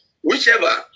Whichever